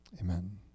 Amen